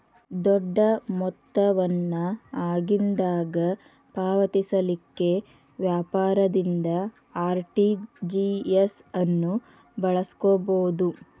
ದೊಡ್ಡ ಮೊತ್ತ ವನ್ನ ಆಗಿಂದಾಗ ಪಾವತಿಸಲಿಕ್ಕೆ ವ್ಯಾಪಾರದಿಂದ ಆರ್.ಟಿ.ಜಿ.ಎಸ್ ಅನ್ನು ಬಳಸ್ಕೊಬೊದು